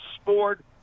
sport